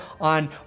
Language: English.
on